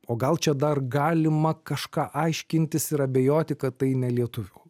o gal čia dar galima kažką aiškintis ir abejoti kad tai ne lietuvių